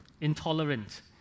intolerant